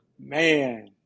Man